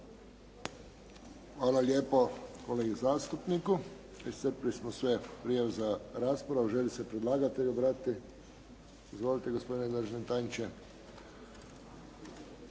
Hvala lijepo kolegi zastupniku. Iscrpili smo sve prijave za raspravu. Želi se predlagatelj obratiti? Izvolite gospodine državni tajniče.